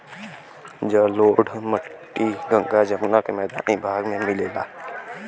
जलोढ़ मट्टी गंगा जमुना के मैदानी भाग में मिलला